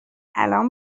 الان